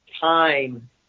time